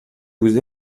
vous